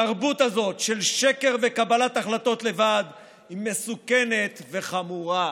התרבות הזאת של שקר וקבלת החלטות לבד היא מסוכנת וחמורה".